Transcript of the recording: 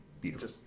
beautiful